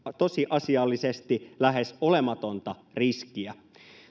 tosiasiallisesti lähes olematonta riskiä